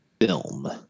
film